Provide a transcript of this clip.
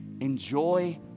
Enjoy